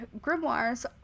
grimoires